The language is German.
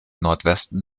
nordwesten